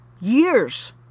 years